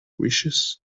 wishes